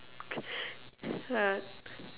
uh